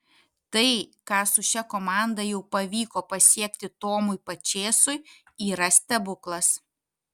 tai ką su šia komanda jau pavyko pasiekti tomui pačėsui yra stebuklas